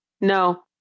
No